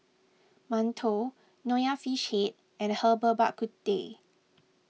Mantou Nonya Fish Head and Herbal Bak Ku Teh